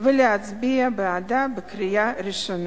ולהצביע בעדה בקריאה ראשונה.